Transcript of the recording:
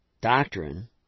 doctrine